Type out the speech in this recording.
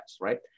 right